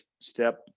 step